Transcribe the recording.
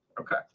Okay